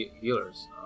healers